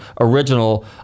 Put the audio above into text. original